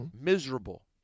miserable